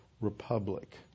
republic